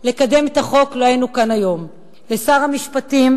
לקדם את החוק לא היינו כאן היום, לשר המשפטים,